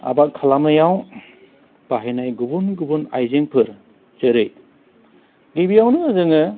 आबाद खालामनायाव बाहायनाय गुबुन गुबुन आयजेंफोर जेरै गिबियावनो जोङो